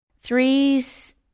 Threes